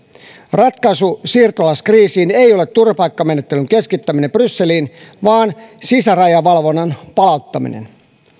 ratkaisu siirtolaiskriisiin ei ole turvapaikkamenettelyn keskittäminen brysseliin vaan sisärajavalvonnan palauttaminen